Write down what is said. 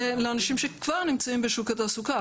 לאנשים שכבר נמצאים בשוק התעסוקה,